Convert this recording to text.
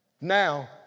now